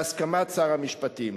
בהסכמת שר המשפטים.